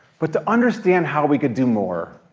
but to understand how we could do more,